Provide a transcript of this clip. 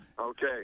Okay